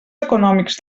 econòmics